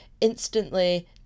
instantly